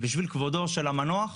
בשביל כבודו של המנוח,